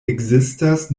ekzistas